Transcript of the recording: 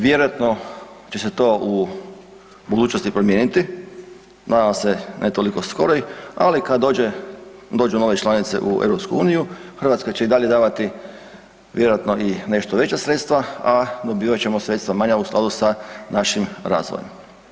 Vjerojatno će se to u budućnosti promijeniti, nadam se ne toliko skoroj, ali kad dođu nove članice u EU Hrvatska će i dalje davati vjerojatno i nešto veća sredstva, a dobivat ćemo sredstva manja u skladu sa našim razvojem.